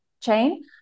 chain